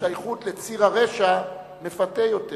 השתייכות לציר הרשע מפתה יותר